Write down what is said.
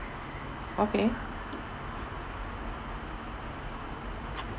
okay